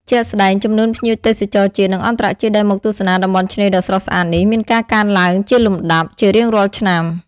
ជាក់ស្តែង ចំនួនភ្ញៀវទេសចរជាតិ និងអន្តរជាតិដែលមកទស្សនាតំបន់ឆ្នេរដ៏ស្រស់ស្អាតនេះ មានការកើនឡើងជាលំដាប់ ជារៀងរាល់ឆ្នាំ។